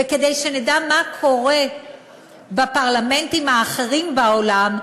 וכדי שנדע גם מה קורה בפרלמנטים האחרים בעולם,